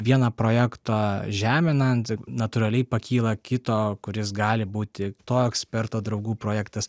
vieną projektą žeminant natūraliai pakyla kito kuris gali būti to eksperto draugų projektas